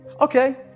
Okay